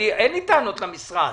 אין לי טענות למשרד.